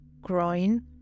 groin